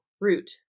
root